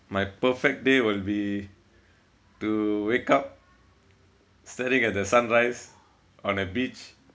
my perfect day will be to wake up staring at the sunrise on a beach